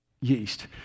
yeast